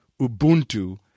Ubuntu